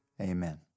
Amen